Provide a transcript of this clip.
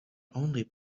only